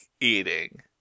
eating